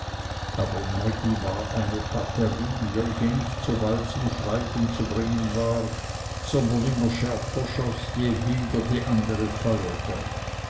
aber mädi war eine batterie welche nicht so bald zum schweigen zu bringen war sondern immer schärfer schoß je wilder die andere feuerte